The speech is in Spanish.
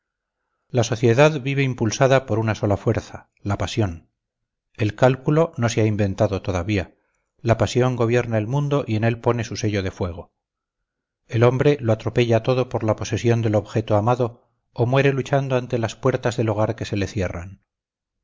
la sociedad vive impulsada por una sola fuerza la pasión el cálculo no se ha inventado todavía la pasión gobierna el mundo y en él pone su sello de fuego el hombre lo atropella todo por la posesión del objeto amado o muere luchando ante las puertas del hogar que se le cierran